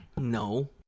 No